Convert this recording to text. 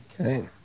Okay